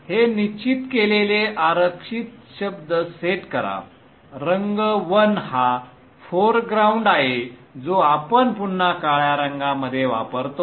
हे निश्चित केलेले आरक्षित शब्द सेट करा रंग 1 हा फोरग्राऊंड आहे जो आपण पुन्हा काळ्यारंगामध्ये वापरतो